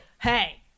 Hey